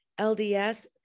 LDS